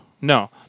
No